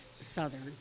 Southern